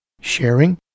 sharing